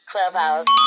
Clubhouse